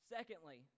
Secondly